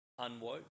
unwoke